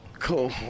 Cool